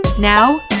Now